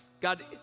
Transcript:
God